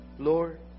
Lord